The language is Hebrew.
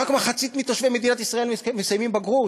רק מחצית מתושבי מדינת ישראל מסיימים בגרות.